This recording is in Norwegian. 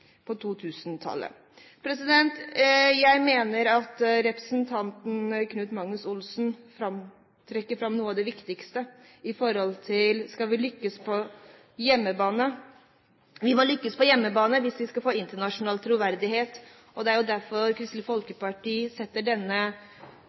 på 2000-tallet. Jeg mener at representanten Knut Magnus Olsen trekker fram noe av det viktigste, nemlig at vi må lykkes på hjemmebane hvis vi skal få internasjonal troverdighet. Det er derfor Kristelig